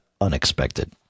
unexpected